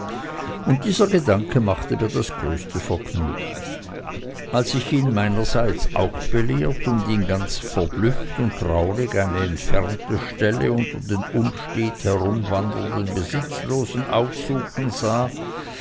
und dieser gedanke machte mir das größte vergnügen als ich ihn meinerseits auch belehrt und ihn ganz verblüfft und traurig eine entfernte stelle unter den unstet herumwandernden besitzlosen aufsuchen sah